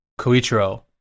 Coitro